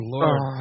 Lord